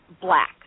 black